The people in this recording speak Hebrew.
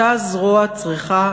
אותה זרוע צריכה